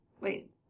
Wait